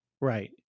Right